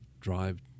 drive